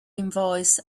invoice